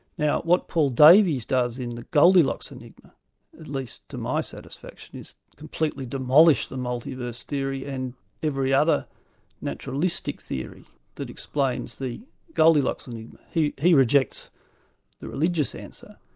now what paul davies does in the goldilocks enigma at least to my satisfaction, is completely demolish the multi-verse theory and every other naturalistic theory that explains the goldilocks, and he he rejects the religious answer,